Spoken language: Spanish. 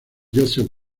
joseph